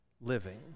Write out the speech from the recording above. living